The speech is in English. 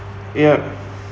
ya